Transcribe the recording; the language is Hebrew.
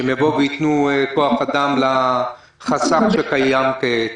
שייתנו כוח אדם לחסך שקיים כעת.